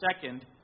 second